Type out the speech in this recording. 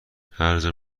هرجا